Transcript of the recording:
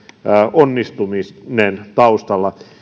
onnistuminen taustalla